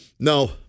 No